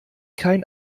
kein